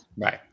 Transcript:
right